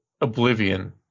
oblivion